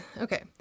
okay